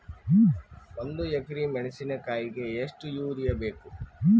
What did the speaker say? ಒಂದ್ ಎಕರಿ ಮೆಣಸಿಕಾಯಿಗಿ ಎಷ್ಟ ಯೂರಿಯಬೇಕು?